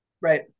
right